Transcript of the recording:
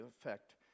effect